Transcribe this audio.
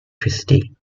christie